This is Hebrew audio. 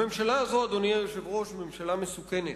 הממשלה הזאת, אדוני היושב-ראש, היא ממשלה מסוכנת,